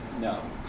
No